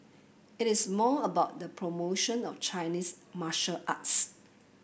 it is more about the promotion of Chinese martial arts